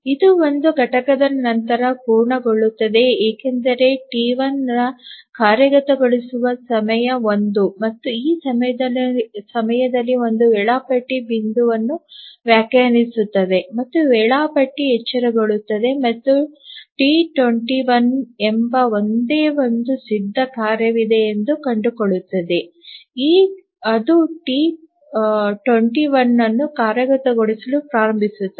ಇದು ಒಂದು ಘಟಕದ ನಂತರ ಪೂರ್ಣಗೊಳ್ಳುತ್ತದೆ ಏಕೆಂದರೆ ಟಿ 1 ರ ಕಾರ್ಯಗತಗೊಳಿಸುವ ಸಮಯ 1 ಮತ್ತು ಆ ಸಮಯದಲ್ಲಿ ಒಂದು ವೇಳಾಪಟ್ಟಿ ಬಿಂದುವನ್ನು ವ್ಯಾಖ್ಯಾನಿಸುತ್ತದೆ ಮತ್ತು ವೇಳಾಪಟ್ಟಿ ಎಚ್ಚರಗೊಳ್ಳುತ್ತದೆ ಮತ್ತು ಟಿ 21 ಎಂಬ ಒಂದೇ ಒಂದು ಸಿದ್ಧ ಕಾರ್ಯವಿದೆ ಎಂದು ಕಂಡುಕೊಳ್ಳುತ್ತದೆ ಅದು ಟಿ 21 ಅನ್ನು ಕಾರ್ಯಗತಗೊಳಿಸಲು ಪ್ರಾರಂಭಿಸುತ್ತದೆ